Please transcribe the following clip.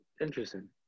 Interesting